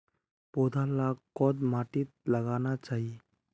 पौधा लाक कोद माटित लगाना चही?